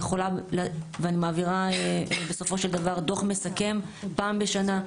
ואני מעבירה בסופו של דבר דוח מסכם פעם בשנה,